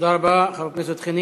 תודה רבה, חבר הכנסת חנין.